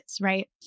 right